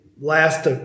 last